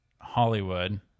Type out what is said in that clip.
Hollywood